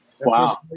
Wow